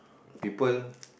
people